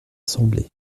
assemblée